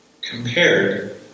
Compared